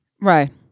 Right